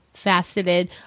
faceted